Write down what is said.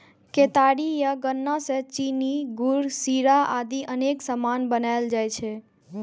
केतारी या गन्ना सं चीनी, गुड़, शीरा आदि अनेक सामान बनाएल जाइ छै